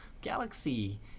galaxy